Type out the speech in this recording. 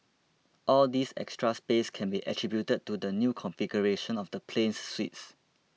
all this extra space can be attributed to the new configuration of the plane's suites